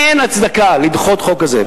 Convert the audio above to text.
אין הצדקה לדחות חוק כזה.